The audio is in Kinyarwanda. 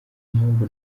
mpamvu